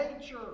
nature